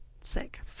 Sick